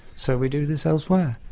so we do this elsewhere.